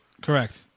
Correct